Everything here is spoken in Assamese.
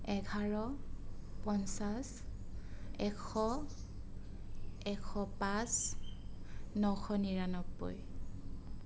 এঘাৰ পঞ্চাছ এশ এশ পাঁচ নশ নিৰানব্বৈ